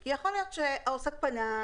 כי יכול להיות שהעוסק פנה,